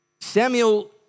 Samuel